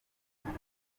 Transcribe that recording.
ituma